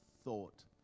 thought